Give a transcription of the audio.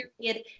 period